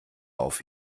auf